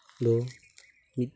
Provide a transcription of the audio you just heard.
ᱫᱚ ᱢᱤᱫ